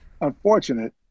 unfortunate